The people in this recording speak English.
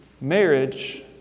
Marriage